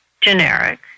generic